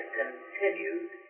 continued